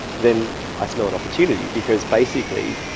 then i smell an opportunity, because basically